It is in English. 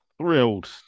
thrilled